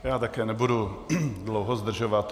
Já také nebudu dlouho zdržovat.